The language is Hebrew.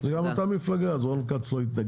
זאת גם אותה מפלגה, אז רון כץ לא יתנגד.